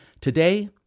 Today